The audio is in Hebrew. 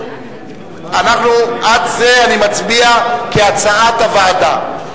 עד זה אני מצביע כהצעת הוועדה.